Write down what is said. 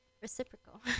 reciprocal